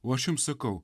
o aš jums sakau